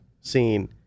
scene